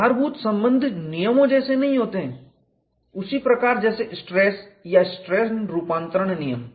आधारभूत संबंध नियमों जैसे नहीं होते हैं उसी प्रकार जैसे स्ट्रेस या स्ट्रेन रूपांतरण नियम